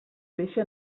pixa